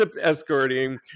escorting